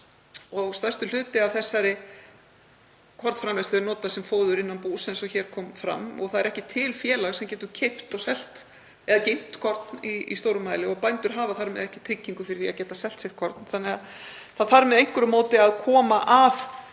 Stærstur hluti af kornframleiðslunni er notaður sem fóður innan bús, eins og hér kom fram, og það er ekki til félag sem getur keypt, selt eða geymt korn í stórum mæli og bændur hafa þar með ekki tryggingu fyrir því að geta selt sitt korn þannig að það þarf með einhverju móti að koma að